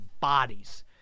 bodies